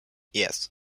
yes